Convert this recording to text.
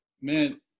Man